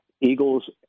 eagles